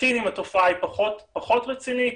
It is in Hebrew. בסטטינים התופעה היא פחות רצינית,